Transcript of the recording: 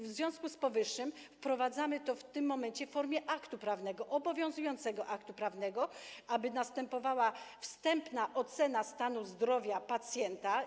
W związku z powyższym wprowadzamy w tym momencie w formie aktu prawnego, obowiązującego aktu prawnego to, aby następowała wstępna ocena stanu zdrowia pacjenta.